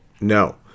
no